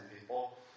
people